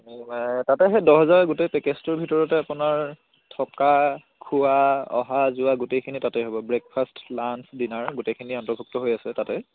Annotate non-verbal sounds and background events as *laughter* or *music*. *unintelligible* তাতে সেই দহ হেজাৰ গোটেই পেকেজটোৰ ভিতৰতে আপোনাৰ থকা খোৱা অহা যোৱা গোটেইখিনি তাতেই হ'ব ব্ৰেকফাষ্ট লাঞ্চ ডিনাৰ গোটেইখিনি অন্তৰ্ভুক্ত হৈ আছে তাতে